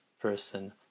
person